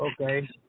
okay